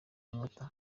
munota